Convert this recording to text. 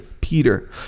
Peter